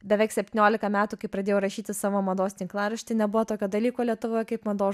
beveik septynioliką metų kai pradėjau rašyti savo mados tinklaraštį nebuvo tokio dalyko lietuvoje kaip mados